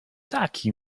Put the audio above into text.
taki